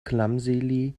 clumsily